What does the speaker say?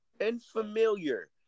unfamiliar